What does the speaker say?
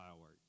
work